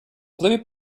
blue